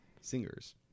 singers